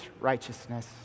righteousness